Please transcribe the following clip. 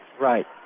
right